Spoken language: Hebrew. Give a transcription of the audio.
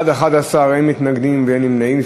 בעד, 11, אין מתנגדים ואין נמנעים.